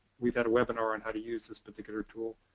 we've had a webinar on how to use this particular tool.